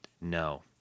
No